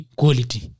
quality